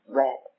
red